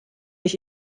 ich